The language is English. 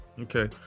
okay